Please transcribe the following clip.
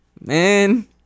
Man